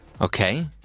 Okay